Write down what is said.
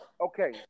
Okay